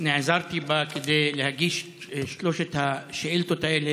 שנעזרתי בה כדי להגיש את שלוש השאילתות האלה,